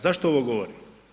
Zašto ovo govorim?